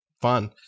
Fun